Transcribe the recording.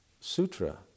sutra